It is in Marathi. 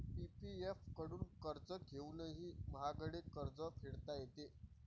पी.पी.एफ कडून कर्ज घेऊनही महागडे कर्ज फेडता येते